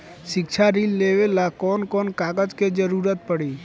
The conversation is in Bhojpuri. शिक्षा ऋण लेवेला कौन कौन कागज के जरुरत पड़ी?